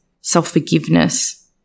self-forgiveness